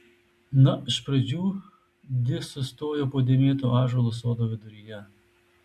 na iš pradžių di sustojo po dėmėtu ąžuolu sodo viduryje